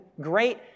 great